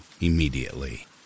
immediately